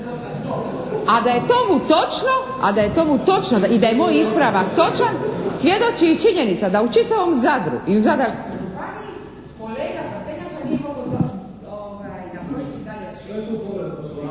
svoju politiku. A da je tomu točno i da je moj ispravak točan svjedoči i činjenica da u čitavom Zadru i u Zadarskoj